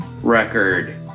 record